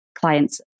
clients